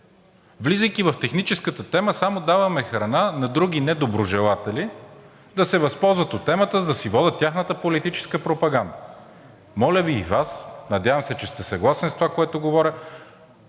Влизайки в техническата тема, само даваме храна на други недоброжелатели да се възползват от темата, за да си водят тяхната политическа пропаганда. Моля Ви и Вас, надявам се, че сте съгласен с това, което говоря,